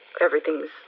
Everything's